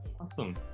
Awesome